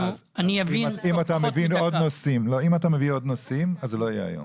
אם תביא עוד נושאים, זה לא יהיה היום.